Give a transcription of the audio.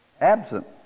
absent